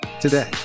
Today